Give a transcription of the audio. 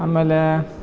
ಆಮೇಲೆ